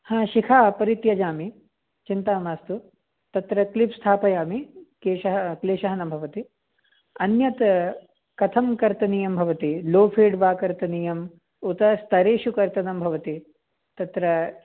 हा शिखा परित्यजामि चिन्ता मास्तु तत्र क्लिप् स्थापयामि केशः क्लेशः न भवति अन्यत् कथं कर्तनीयं भवति लो फ़ेल्ड् वा कर्तनीयम् उत स्थरेषु कर्तनं भवति तत्र